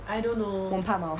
我很怕猫